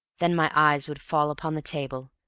then my eyes would fall upon the table,